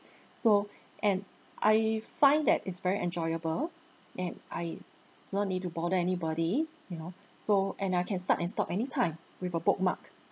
so and I find that it's very enjoyable and I do not need to bother anybody you know so and I can start and stop anytime with a bookmark